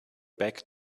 back